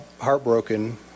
heartbroken